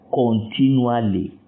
continually